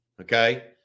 Okay